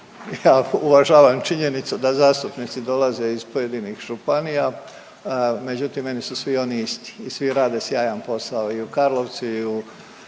Uvažavam činjenicu da zastupnici dolaze iz pojedinih županija, međutim meni su svi oni isti i svi rade sjajan posao i u Karlovcu i u